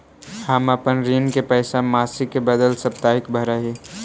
हम अपन ऋण के पैसा मासिक के बदला साप्ताहिक भरअ ही